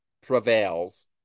prevails